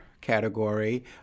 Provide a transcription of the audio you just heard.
category